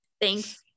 Thanks